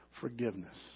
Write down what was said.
forgiveness